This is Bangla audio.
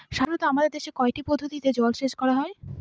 সাধারনত আমাদের দেশে কয়টি পদ্ধতিতে জলসেচ করা হয়?